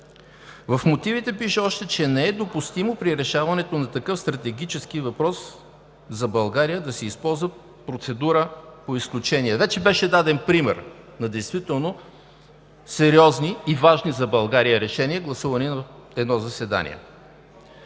В мотивите пише още, че не е допустимо при решаването на такъв стратегически въпрос за България да се използва процедура „по изключение“. Вече беше даден пример на действително сериозни и важни за България решения, гласувани в едно заседание.